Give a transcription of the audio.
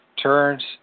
turns